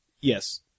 Yes